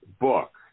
Book